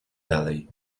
dalej